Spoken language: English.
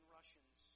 Russians